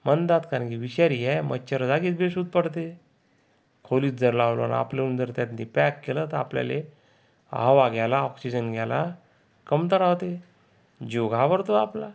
म्हणतात कारण की विषारी आहे मच्छर जागीच बेशुध्द पडते खोलीत जर लावलं ना आपलं होऊन जर त्यात अगदी पॅक केलं तर आपल्याला हवा घ्यायला ऑक्सिजन घ्यायला कमतरता होते जीव घाबरतो आपला